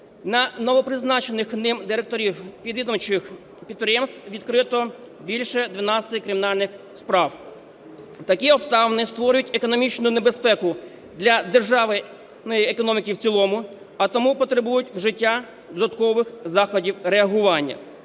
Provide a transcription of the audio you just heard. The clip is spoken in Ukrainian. на новопризначених ним директорів підвідомчих підприємств відкрито більше 12 кримінальних справ. Такі обставини створюють економічну небезпеку для держави і економіки в цілому, а тому потребують вжиття додаткових заходів реагування.